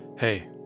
Hey